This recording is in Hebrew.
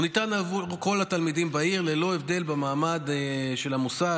והוא ניתן בעבור כל התלמידים בעיר ללא הבדל במעמד של המוסד,